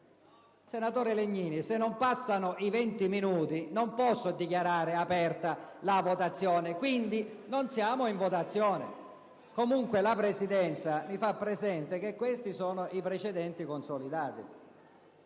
Senatore Legnini, se non passano i 20 minuti dal preavviso non posso dichiarare aperta la votazione, e quindi non siamo in votazione. Comunque, la Presidenza fa presente che ci sono precedenti consolidati.